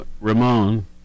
Ramon